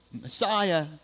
Messiah